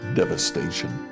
devastation